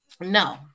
No